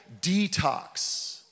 detox